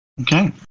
Okay